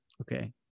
Okay